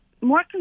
more